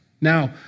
Now